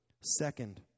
Second